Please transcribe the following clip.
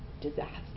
disaster